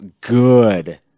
good